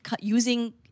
using